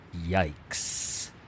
Yikes